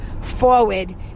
forward